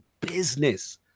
business